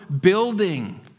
building